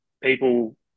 people